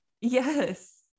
Yes